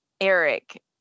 Eric